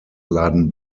laden